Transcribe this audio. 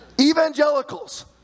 evangelicals